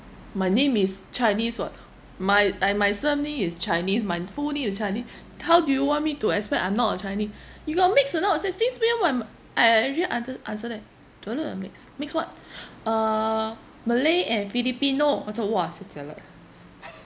my name is chinese [what] my I my surname is chinese mah full name is chinese how do you want me to expect I'm not a chinese you got mix or not I say since when I'm I I usually answer answer them do I look like mixed mix what uh malay and filipino wacao !wah! so jialat ah